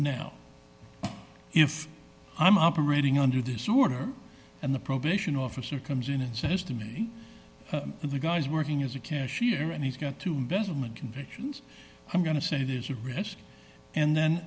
now if i'm operating under this order and the probation officer comes in and says to me and you guys working as a cashier and he's got to investment convictions i'm going to say there's a risk and then